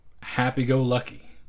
happy-go-lucky